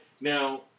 Now